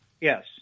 Yes